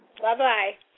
Bye-bye